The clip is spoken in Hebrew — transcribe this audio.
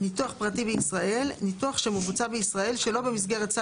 "ניתוח פרטי בישראל" - ניתוח שמבוצע בישראל שלא במסגרת סל